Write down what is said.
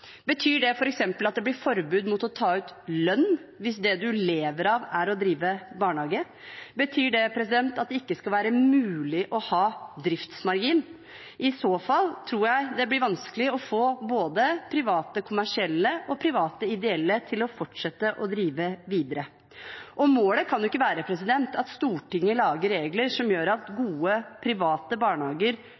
Betyr det f.eks. at det blir forbud mot å ta ut lønn hvis det man lever av, er å drive barnehage? Betyr det at det ikke skal være mulig å ha driftsmargin? I så fall tror jeg det blir vanskelig å få både private kommersielle og private ideelle til å fortsette å drive videre. Målet kan jo ikke være at Stortinget lager regler som gjør at gode private barnehager